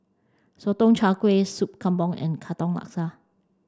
Sotong Char Kway Sup Kambing and Katong Laksa